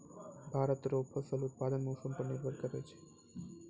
भारत रो फसल उत्पादन मौसम पर निर्भर करै छै